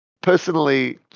personally